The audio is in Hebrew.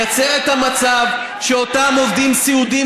לייצר את המצב שאותם עובדים סיעודיים